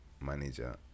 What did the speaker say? manager